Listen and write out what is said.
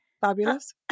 fabulous